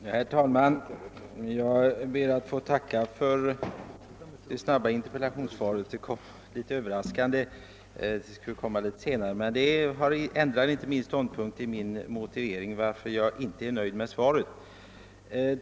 Herr talman! Jag ber att få tacka för det snabba svaret på min interpellation. Jag är emellertid inte nöjd med svaret.